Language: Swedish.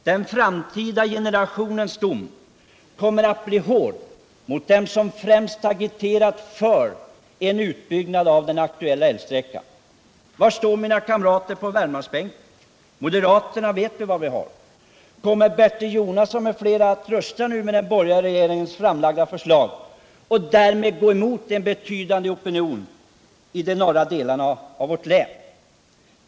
Den framtida generationens dom kommer att bli hård mot dem som främst agiterat för en utbyggnad av den aktuella älvsträckan. Var står mina kamrater från Värmlandsbänken? Moderaterna vet vi var vi har. Kommer Bertil Jonasson m.fl. att nu rösta med den borgerliga regeringens framlagda förslag och därmed gå emot en betydande opinion i de norra delarna av vårt län?